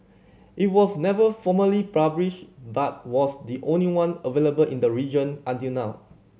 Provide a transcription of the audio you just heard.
it was never formally published but was the only one available in the region until now